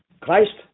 christ